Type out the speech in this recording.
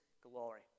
glory